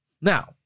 Now